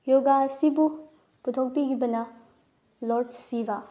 ꯌꯣꯒꯥ ꯑꯁꯤꯕꯨ ꯄꯨꯊꯣꯛꯄꯤꯈꯤꯕꯅ ꯂꯣꯠ ꯁꯤꯚ